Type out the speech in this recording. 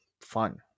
fun